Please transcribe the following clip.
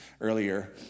earlier